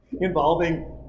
involving